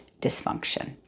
dysfunction